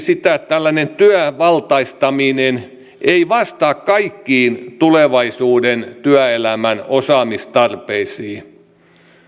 sitä että tällainen työvaltaistaminen ei vastaa kaikkiin tulevaisuuden työelämän osaamistarpeisiin